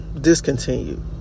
discontinued